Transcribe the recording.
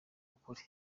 ukuri